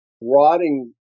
rotting